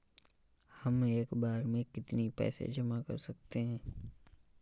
हम एक बार में कितनी पैसे जमा कर सकते हैं?